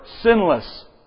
sinless